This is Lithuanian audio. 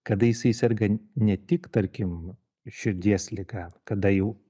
kada jisai serga ne tik tarkim širdies liga kada jau